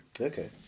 Okay